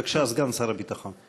בבקשה, סגן שר הביטחון.